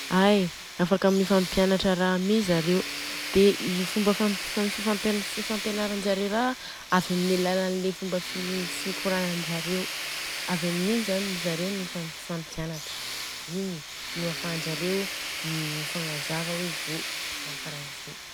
Ai, afaka mifampianatra raha mi zareo. Dia i fomba ifampy, ififampenaranjareo raha a avy amin'ny alalan'ny fomba fifampikorananjareo, avy amin'igny zany zareo mifampianatra. Iny nô afahanjareo mifagnazava hoe zô, raha karanzô.